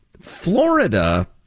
Florida